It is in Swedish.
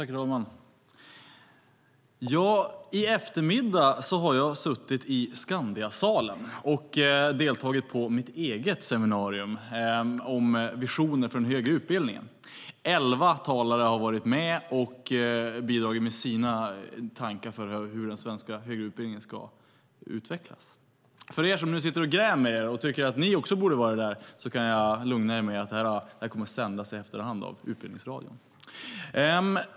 Herr talman! I eftermiddag har jag suttit i Skandiasalen och deltagit i mitt eget seminarium om visioner för den högre utbildningen. Elva talare har varit med och bidragit med sina tankar om hur den svenska högre utbildningen ska utvecklas. Ni som nu sitter och grämer er och tycker att även ni borde ha varit där kan jag lugna med att seminariet kommer att sändas i efterhand av Utbildningsradion.